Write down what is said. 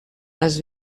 les